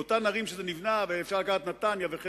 באותן ערים שזה נבנה, אפשר לקחת את נתניה, חדרה,